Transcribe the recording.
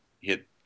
hit